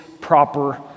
proper